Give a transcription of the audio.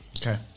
Okay